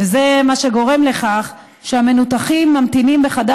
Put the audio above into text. וזה מה שגורם לכך שהמנותחים ממתינים בחדר